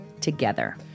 together